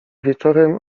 wieczorem